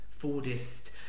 Fordist